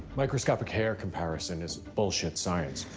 microscopic hair comparison is bullshit science.